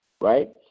right